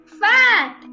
fat